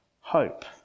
hope